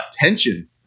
attention